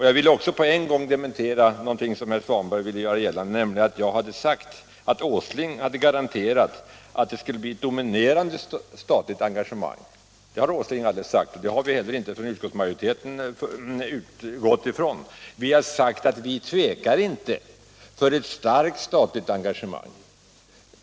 Jag vill också på en gång dementera något som herr Svanberg ville göra gällande, nämligen att jag skulle ha sagt att herr Åsling hade garanterat att det skulle bli ett dominerande statligt engagemang i stålin dustrin. Det har herr Åsling aldrig sagt, och det har vi heller inte inom utskottsmajoriteten utgått från. Vi har sagt att vi inte tvekar inför ett starkt statligt engagemang.